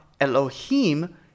Elohim